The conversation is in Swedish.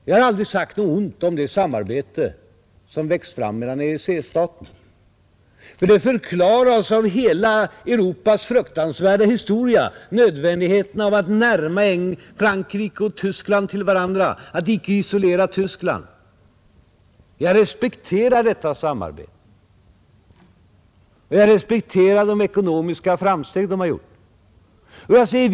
Vi har aldrig sagt något ont om det samarbete som växt fram mellan EEC-staterna, Nödvändigheten av att närma Frankrike och Tyskland till varandra — att alltså icke isolera Tyskland — förklaras av hela Europas fruktansvärda historia, Jag respekterar detta samarbete. Jag respekterar de ekonomiska framsteg dessa länder har gjort.